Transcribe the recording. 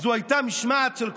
שזו הייתה משמעת של קואליציה?